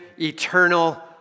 eternal